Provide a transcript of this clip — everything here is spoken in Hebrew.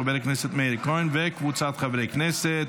של חבר הכנסת מאיר כהן וקבוצת חברי הכנסת.